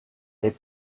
est